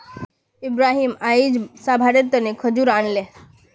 इब्राहिम अयेज सभारो तने खजूर आनले